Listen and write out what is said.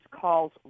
calls